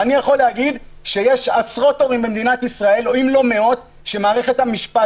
ואני יכול להגיד שיש עשרות הורים במדינת ישראל אם לא מאות שמערכת המשפט